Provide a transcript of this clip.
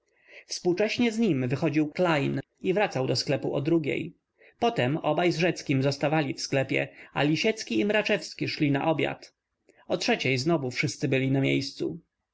współcześnie z nim wychodził klejn i wracał do sklepu o drugiej potem obaj z rzeckim zostawali w sklepie a lisiecki i mraczewski szli na obiad o trzeciej znowu wszyscy byli na miejscu